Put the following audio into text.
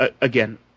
Again